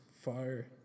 fire